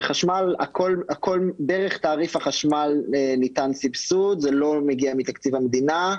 בחשמל דרך תעריף החשמל ניתן סבסוד וזה לא מגיע מתקציב המדינה.